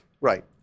Right